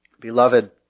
Beloved